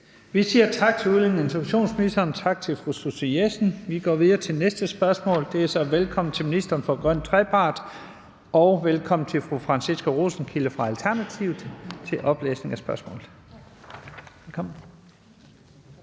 Vi siger tak til udlændinge- og integrationsministeren. Tak til fru Susie Jessen. Vi går videre til næste spørgsmål, og vi byder velkommen til ministeren for grøn trepart og velkommen til fru Franciska Rosenkilde fra Alternativet. Kl. 13:51 Spm. nr.